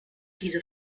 diese